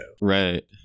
Right